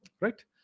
Right